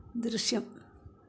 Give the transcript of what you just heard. ദൃശ്യം